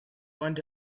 unto